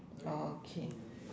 okay